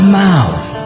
mouth